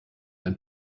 ein